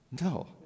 no